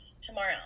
tomorrow